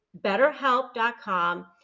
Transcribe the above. betterhelp.com